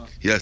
Yes